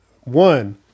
one